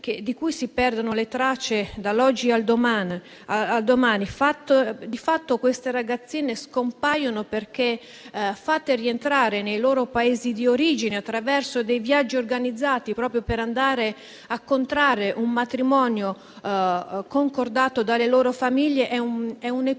Che delle ragazzine scompaiano perché fatte rientrare nei loro Paesi di origine attraverso viaggi organizzati proprio per andare a contrarre un matrimonio concordato dalle loro famiglie è un fenomeno